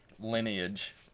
lineage